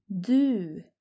Du